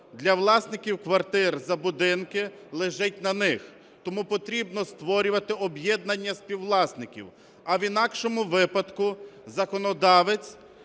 для власників квартир за будинки лежить на них. Тому потрібно створювати об'єднання співвласників, а в інакшому випадку законодавець